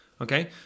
okay